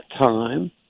time